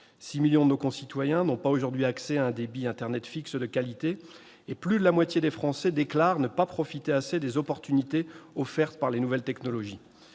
6 millions de nos concitoyens n'ont pas accès à un débit internet fixe de qualité et plus de la moitié des Français déclare ne pas profiter assez des opportunités offertes par les nouvelles technologies.